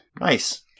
Nice